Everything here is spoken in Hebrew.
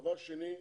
דבר שני,